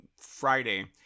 Friday